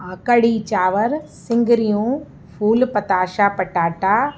कढ़ी चांवर सिंॻरियूं फ़ूल पताशा पटाटा